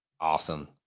awesome